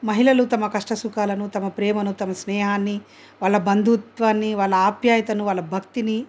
మహిళలు తమ కష్ట సుఖాలను తమ ప్రేమను తమ స్నేహాన్ని వాళ్ళ బంధుత్వాన్ని వాళ్ళ ఆప్యాయతను వాళ్ళ భక్తిని